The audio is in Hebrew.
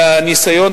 מהניסיון,